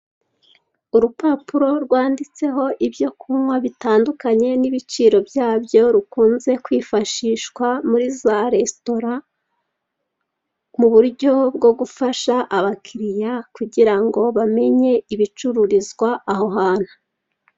Urupapuro rwanditseho ibyo kunywa bitandukanye n'ibiciro byabyo rukunze kwifashishwa muri za resitora mu buryo bwo gufasha abakiriya kugira ngo bamenye ibicururizwa aho hantu.